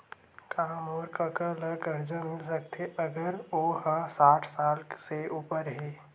का मोर कका ला कर्जा मिल सकथे अगर ओ हा साठ साल से उपर हे?